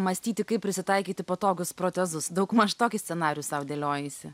mąstyti kaip prisitaikyti patogius protezus daugmaž tokį scenarijų sau dėliojaisi